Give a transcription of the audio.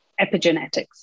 epigenetics